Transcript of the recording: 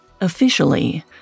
Officially